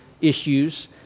issues